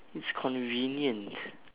it's convenient